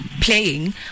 playing